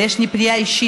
ויש לי פנייה אישית,